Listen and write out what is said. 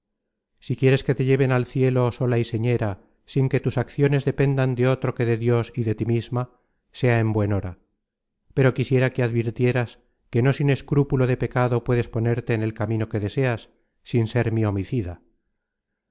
si quieres que te lleven al cielo sola y señera sin que tus acciones dependan de otro que de dios y de tí misma sea en buen hora pero quisiera que advirtieras que no sin escrúpulo de pecado puedes ponerte en el camino que deseas sin ser mi homicida